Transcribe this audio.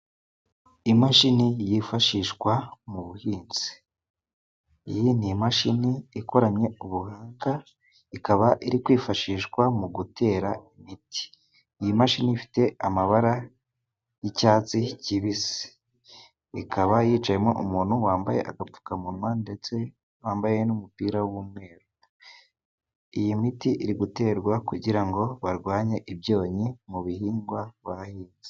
Imashini yifashishwa mu buhinzi. Iyi ni imashini ikoranye ubuhanga, ikaba iri kwifashishwa mu gutera imiti. Iyi mashini ifite amabara y'icyatsi kibisi, ikaba yicayemo umuntu wambaye agapfukamunwa, ndetse yambaye n'umupira w'umweru. Iyi miti iri guterwa kugira ngo barwanye ibyonnyi mu bihingwa bahinze.